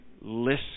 listen